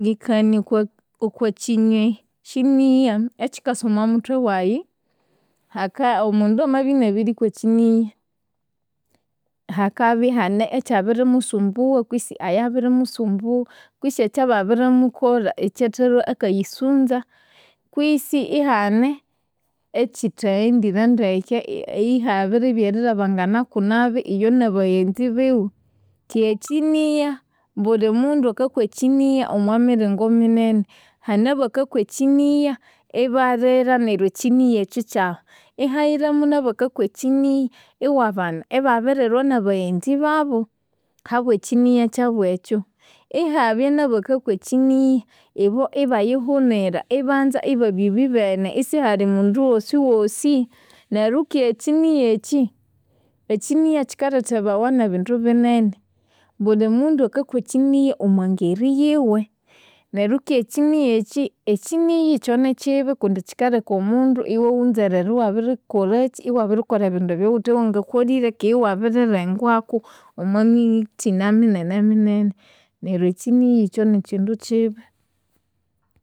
Namalengekania okwakyinywe kyinigha, ekyikasa omwamuthwe wayi, haka omundu amabya inabirikwa ekyinigha, hakabya ihane ekyabirimusumbugha kwisi eyabirimusumbugha kwisi ekyababirimukolha ekyathalhwe akayisunza, kwisi ihane ekyithaghendire ndeke, ihabiribya erilhabanganaku nabi iyo nabaghenzi biwe. Keghe ekyinigha, bulimundu akakwa ekyinigha omwaringo minene, hane abakakwa ekyinigha ibalira neryo ekyinigha ekyo ikyahwa. Ihayiramu nabakakwa ekyinigha iwabana ibabirilhwa nabaghenzi babu habwekyinigha kyabu ekyu. Ihabya nabakakwa ekyinigha ibayihunira, ibo ibanza ibabya ibibene isihali mundu wosiwosi. Neryo kandi ekyinigha ekyi, ekyinigha kyikalethebawa nebindu binene. Bulimundu akakwa ekyinigha omwangeri yiwe. Neryo keghe ekyinigha ekyi, ekyinigha ikyo nikyibi kundi kyikaleka omundu iwaghunzerera iwabirikolha ebindu ebyaghuthewangawkolire keghe iwabirilengwaku omwamithina mineneminene neryo ekyinigha ikyo nikyundu kyibi.